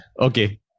okay